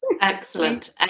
Excellent